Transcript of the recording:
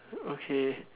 okay